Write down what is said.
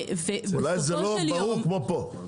ובסופו של יום --- אולי זה לא ברור כמו פה.